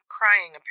crying